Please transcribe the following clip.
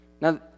Now